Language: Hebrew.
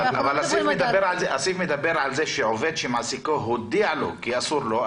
אבל הסעיף מדבר על זה שעובד שמעסיקו הודיע לו כי אסור לו,